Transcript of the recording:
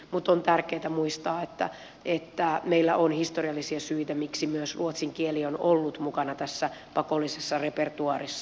mutta on tärkeätä muistaa että meillä on historiallisia syitä miksi myös ruotsin kieli on ollut mukana tässä pakollisessa repertuaarissa